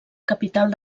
capital